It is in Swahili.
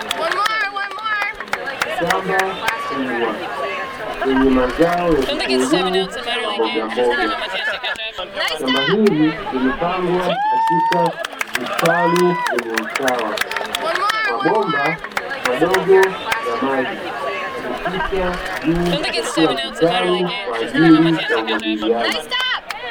Shamba kubwa lenye mazao ya vitunguu na mbogamboga, shamba hili limepangwa katika vitalu vyenye usawa, mabomba madogo ya maji yamepita juu ya kila kitalu kwa ajili ya umwagiliaji.